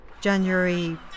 January